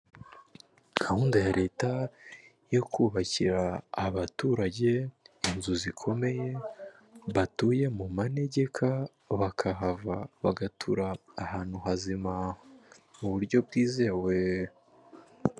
Gahunda ya leta yo kubakira abaturage inzu zikomeye batuye mumanegeka, bakahava bagatura ahantu hazima, muburyo bwizewe.